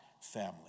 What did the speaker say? family